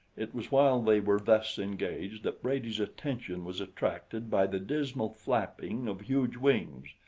it was while they were thus engaged that brady's attention was attracted by the dismal flapping of huge wings.